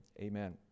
Amen